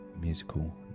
musical